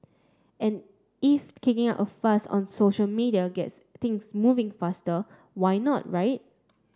and if kicking up a fuss on social media gets things moving faster why not right